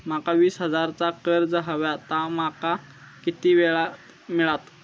माका वीस हजार चा कर्ज हव्या ता माका किती वेळा क मिळात?